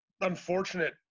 unfortunate